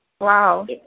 Wow